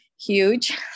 huge